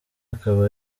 akaba